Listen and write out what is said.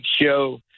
Show